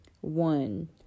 One